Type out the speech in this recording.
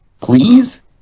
Please